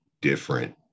different